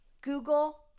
google